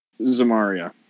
Zamaria